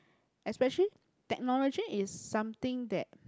especially technology is something that